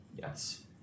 yes